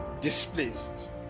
displaced